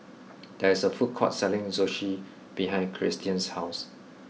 there is a food court selling Zosui behind Kiersten's house